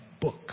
book